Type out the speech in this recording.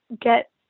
get